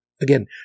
again